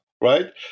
right